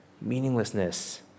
meaninglessness